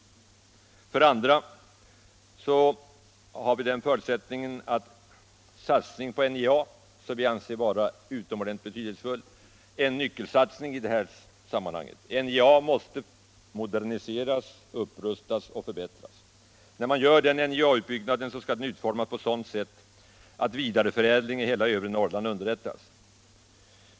För det andra anser vi att satsningen på NJA är en nyckelsatsning av utomordentlig betydelse i sammanhanget. NJA måste moderniseras, upprustas och förbättras. Den utbyggnaden skall utföras på sådant sätt att vidareförädling i hela övre Norrland underlättas.